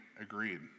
agreed